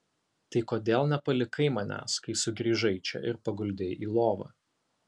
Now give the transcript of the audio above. tai kodėl nepalikai manęs kai sugrįžai čia ir paguldei į lovą